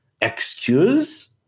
excuse